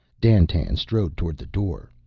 dandtan strode toward the door.